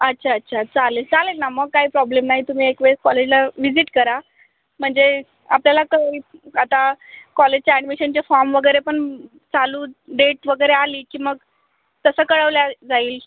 अच्छा अच्छा चालेल चालेल ना मग काय प्रॉब्लेम नाही तुम्ही एकवेळेस कॉलेजला व्हिजिट करा म्हणजे आपल्याला कळेल आता कॉलेजच्या ॲडमिशनचे फॉर्म वगैरे पण चालू डेट वगैरे आली की मग तसं कळवलं जाईल